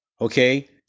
Okay